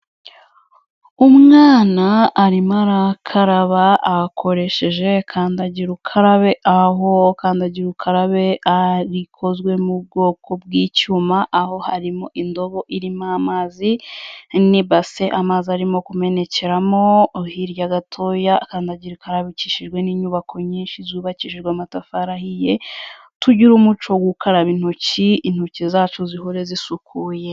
Umwana arimo arakaraba akoresheje kandagirukarabe, aho kandagirukarabe ikozwe mu bwoko bw'icyuma, aho harimo indobo irimo amazi n'ibase amazi arimo kumenekeramo, hirya gatoya kandagirukarabe ikikishijwe n'inyubako nyinshi zubakishijwe amatafari ahiye, tugire umuco wo gukaraba intoki, intoki zacu zihore zisukuye.